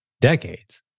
decades